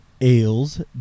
Ales